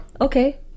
Okay